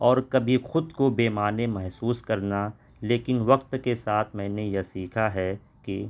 اور کبھی خود کو بے معنی محسوس کرنا لیکن وقت کے ساتھ میں نے یہ سیکھا ہے کہ